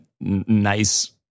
nice